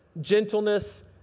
gentleness